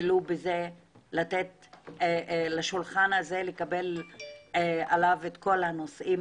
ולו בזה - לתת לשולחן הזה לקבל עליו את כל הנושאים